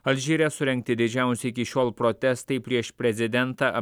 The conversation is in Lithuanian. alžyre surengti didžiausią iki šiol protestai prieš prezidentą